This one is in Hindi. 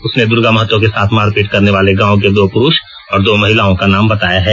उसने दुर्गा महतो के साथ मारपीट करने वाले गांव के दो पुरुष और दो महिलाओं का नाम बताया है